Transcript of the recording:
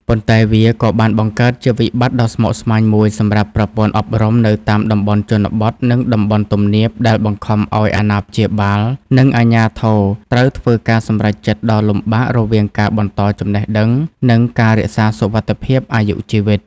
ប៉ុន្តែវាក៏បានបង្កើតជាវិបត្តិដ៏ស្មុគស្មាញមួយសម្រាប់ប្រព័ន្ធអប់រំនៅតាមតំបន់ជនបទ និងតំបន់ទំនាប ដែលបង្ខំឱ្យអាណាព្យាបាល និងអាជ្ញាធរត្រូវធ្វើការសម្រេចចិត្តដ៏លំបាករវាងការបន្តចំណេះដឹង និងការរក្សាសុវត្ថិភាពអាយុជីវិត។